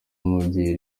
umubyeyi